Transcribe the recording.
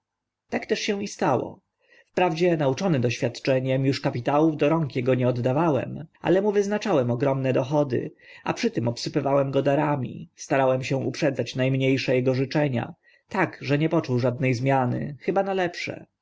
tak się też i stało wprawdzie nauczony doświadczeniem uż kapitałów do rąk ego nie oddałem ale mu wyznaczyłem ogromne dochody a przy tym obsypywałem go darami starałem się uprzedzać na mnie sze ego życzenia tak że nie poczuł żadne zmiany chyba na lepsze